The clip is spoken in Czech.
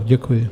Děkuji.